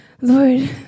Lord